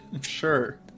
Sure